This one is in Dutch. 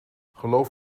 geloof